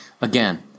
Again